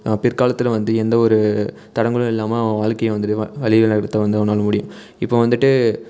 பிற்காலத்தில் வந்து எந்த ஒரு தடங்களும் இல்லாமல் அவன் வாழ்க்கைய வந்துட்டு வழிகள் நடத்த வந்து அவனால் முடியும் இப்போ வந்துட்டு